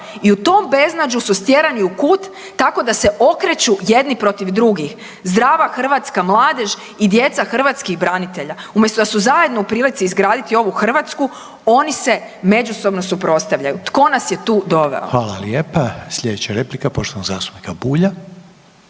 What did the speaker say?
i u tom beznađu su stjerani u kut tako da se okreću jedni protiv drugih. Zdrava hrvatska mladež i djeca hrvatskih branitelja, umjesto da su zajedno u prilici izgraditi ovu Hrvatsku oni se međusobno suprotstavljaju. Tko nas je tu doveo? **Reiner, Željko (HDZ)** Hvala lijepa. Sljedeća replika poštovanog zastupnika Bulja.